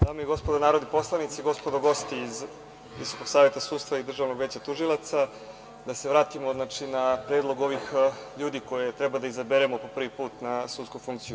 Dame i gospodo narodni poslanici, gospodo gosti ispred Saveta sudstva i Državnog veća tužilaca, da se vratimo na predlog ovih ljudi koje treba da izaberemo po prvi put na sudsku funkciju.